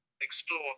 Explore